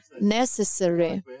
necessary